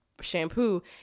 shampoo